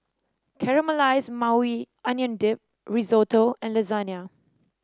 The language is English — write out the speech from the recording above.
Caramelized Maui Onion Dip Risotto and Lasagne